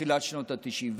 בתחילת שנות התשעים,